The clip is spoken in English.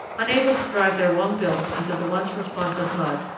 unable to drive their long bills into the once-responsive mud,